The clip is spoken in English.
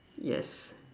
yes